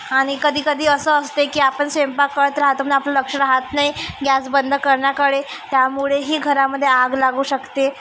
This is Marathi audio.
आणि कधीकधी असं असतंय की आपण स्वयंपाक करत राहतो पण आपलं लक्ष राहत नाही गॅस बंद करण्याकडे त्यामुळेही घरामध्ये आग लागू शकते